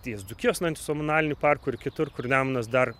ties dzūkijos nacionaliniu parku ir kitur kur nemunas dar